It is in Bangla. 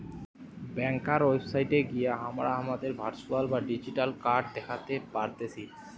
ব্যাংকার ওয়েবসাইট গিয়ে হামরা হামাদের ভার্চুয়াল বা ডিজিটাল কার্ড দ্যাখতে পারতেছি